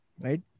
right